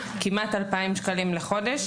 כמעט 2,000 שקלים בחודש,